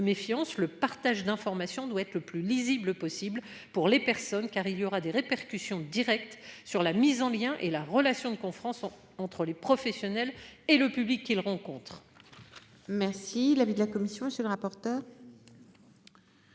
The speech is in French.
méfiance le partage d'informations doit être le plus lisible possible pour les personnes car il y aura des répercussions directes sur la mise en lien et la relation de confiance on entre les professionnels et le public qu'ils rencontrent. Merci. L'avis de la commission. Monsieur le rapporteur.